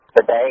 today